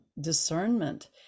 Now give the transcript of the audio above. discernment